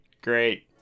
great